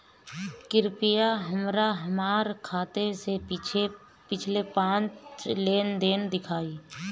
कृपया हमरा हमार खाते से पिछले पांच लेन देन दिखाइ